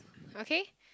okay